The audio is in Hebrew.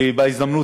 ובהזדמנות,